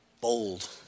bold